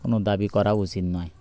কোনো দাবি করা উচিত নয়